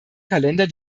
kalender